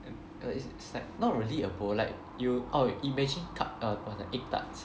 uh uh it's it's like not really a bowl like you oh you imagine c~ cup for the egg tarts